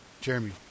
jeremy